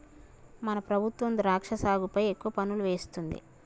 మన ప్రభుత్వం ద్రాక్ష సాగుపై ఎక్కువ పన్నులు వేస్తుంది